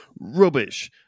Rubbish